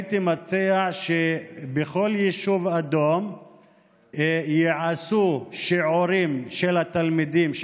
הייתי מציע שבכל יישוב אדום ייעשו שיעורים של התלמידים,